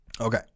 Okay